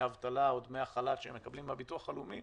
האבטלה או דמי החל"ת שהם מקבלים בביטוח הלאומי